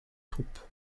troupe